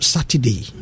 Saturday